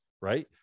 right